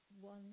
one